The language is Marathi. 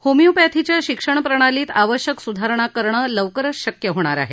होमिओपधींच्या शिक्षण प्रणालीत आवश्यक सुधारणा करणे लवकरच शक्य होणार आहे